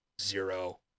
Zero